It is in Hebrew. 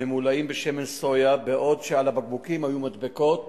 הממולאים בשמן סויה, בעוד שעל הבקבוקים היו מדבקות